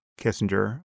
Kissinger